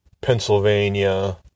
Pennsylvania